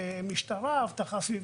של אבטחה,